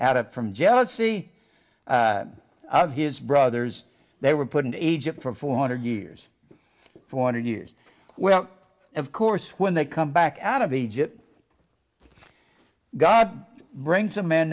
of from jealousy of his brothers they were put in egypt for four hundred years four hundred years well of course when they come back out of egypt god brings a man